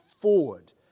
forward